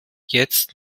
jetzt